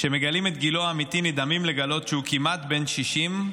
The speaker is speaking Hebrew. כשמגלים את גילו האמיתי נדהמים לגלות שהוא כמעט בן 60,